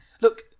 Look